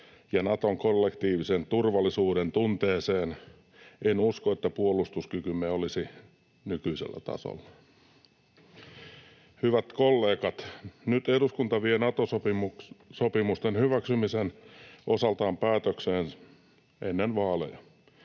ja Naton kollektiiviseen turvallisuuden tunteeseen, en usko, että puolustuskykymme olisi nykyisellä tasolla. Hyvät kollegat! Nyt eduskunta vie Nato-sopimusten hyväksymisen osaltaan päätökseen ennen vaaleja.